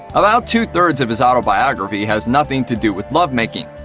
about two-thirds of his autobiography has nothing to do with love-making.